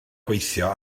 gweithio